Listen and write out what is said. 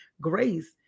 Grace